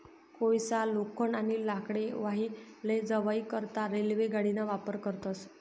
कोयसा, लोखंड, आणि लाकडे वाही लै जावाई करता रेल्वे गाडीना वापर करतस